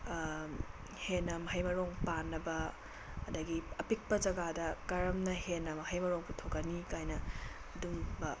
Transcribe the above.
ꯍꯦꯟꯅ ꯃꯍꯩ ꯃꯔꯣꯡ ꯄꯥꯟꯅꯕ ꯑꯗꯨꯗꯒꯤ ꯑꯄꯤꯛꯄ ꯖꯒꯥꯗ ꯀꯔꯝꯅ ꯍꯦꯟꯅ ꯃꯍꯩ ꯃꯔꯣꯡ ꯄꯨꯊꯣꯛꯀꯅꯤ ꯀꯥꯏꯅ ꯑꯗꯨꯝꯕ